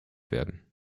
werden